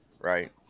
right